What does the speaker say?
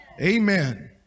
Amen